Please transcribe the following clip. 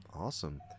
Awesome